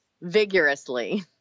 Vigorously